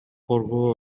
коргоо